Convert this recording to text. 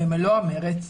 במלוא המרץ.